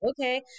okay